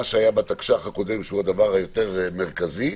שהיה בתקש"ח הקודם שהוא הדבר היותר מרכזי,